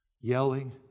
Yelling